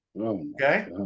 Okay